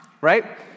right